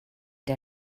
der